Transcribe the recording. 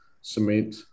cement